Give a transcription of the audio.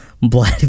blood